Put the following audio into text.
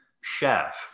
chef